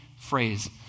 phrase